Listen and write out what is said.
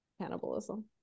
cannibalism